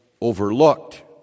overlooked